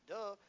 Duh